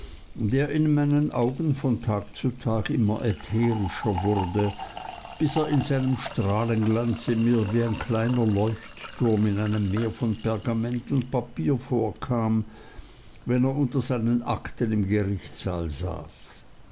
der in meinen augen von tag zu tag immer ätherischer wurde bis er in seinem strahlenglanze mir wie ein kleiner leuchtturm in einem meer von pergament und papier vorkam wenn er unter seinen akten im gerichtssaal saß